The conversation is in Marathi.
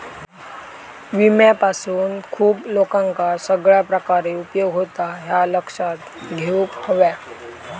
विम्यापासून खूप लोकांका सगळ्या प्रकारे उपयोग होता, ह्या लक्षात घेऊक हव्या